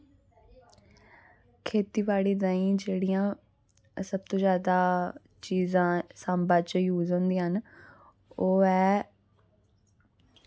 खेती बाड़ी ताईं जेह्ड़ियां सबतो जैदा चीजां साम्बा च यूज होंदियां न ओह् ऐ